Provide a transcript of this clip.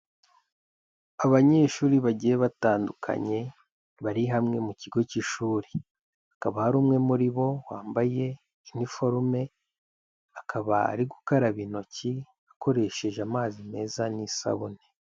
Abanyeshuri bagiye batandukanye bari hamwe mu kigo cy'ishuri, hakaba ari umwe muri bo wambaye iniforume, akaba ari gukaraba intoki akoresheje amazi meza n'isabune.